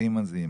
ואיימן?